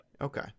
Okay